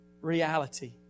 reality